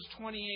28